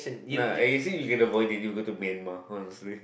nah I say you get a boy deliver to Myanmar honestly